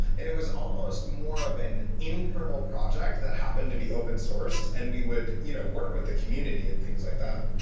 and it was almost more of an internal project that happen to be open sourced and we would you know work in the community and things like that.